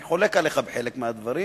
ואני חולק עליך בחלק מהדברים,